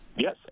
Yes